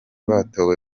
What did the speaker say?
batowe